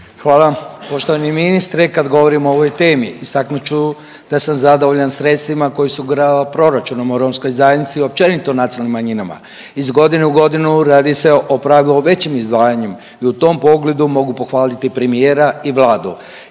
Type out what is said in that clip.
Hvala. Poštovani ministre kad govorimo o ovoj temi istaknut ću da sam zadovoljan sredstvima koji osigurava proračunom o romskoj zajednici općenito nacionalnim manjinama. Iz godine u godinu radi se u pravilu o većim izdvajanjima i u tom pogledu mogu pohvaliti premijera i vladu.